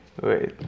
wait